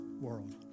world